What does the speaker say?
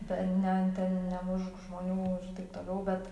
ten ne ten nemušk žmonių irtaip toliau bet